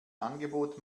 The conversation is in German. angebot